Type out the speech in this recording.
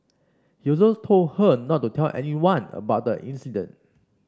he also told her not to tell anyone about the incident